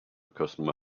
customer